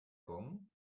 gong